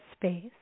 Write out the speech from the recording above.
space